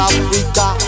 Africa